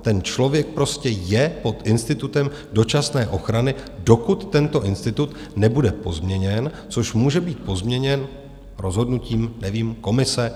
Ten člověk prostě je pod institutem dočasné ochrany, dokud tento institut nebude pozměněn, což může být pozměněn rozhodnutím, nevím, Komise?